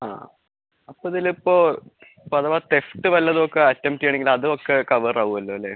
ആ അപ്പം അതിലിപ്പോൾ ഇപ്പം അഥവാ ടെസ്റ്റ് വല്ലതുമൊക്കെ അറ്റംപ്റ്റ് ചെയ്യണമെങ്കിൽ അതും ഒക്കെ കവർ ആവുമല്ലോ അല്ലേ